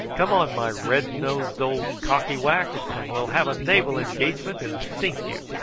come on, my red-nosed old cocky-wax, and we'll have a naval engagement, and sink you.